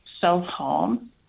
self-harm